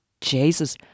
Jesus